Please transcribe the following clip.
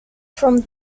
from